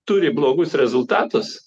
turi blogus rezultatus